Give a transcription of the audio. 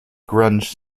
grunge